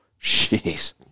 Jeez